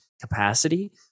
capacity